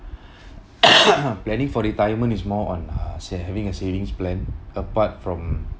planning for retirement is more on uh say having a savings plan apart from